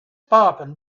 popping